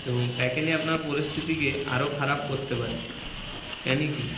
এবং প্যাকেনি আপনার পরিস্থিতিকে আরও খারাপ করতে পারে প্যানিকি